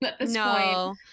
No